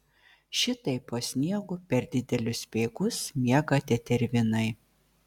šitaip po sniegu per didelius speigus miega tetervinai